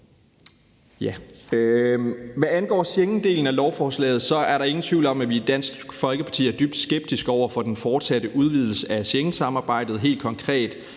Hvad angår Schengendelen af lovforslaget er der ingen tvivl om, at vi i Dansk Folkeparti er dybt skeptiske over for den fortsatte udvidelse af Schengensamarbejdet. Helt konkret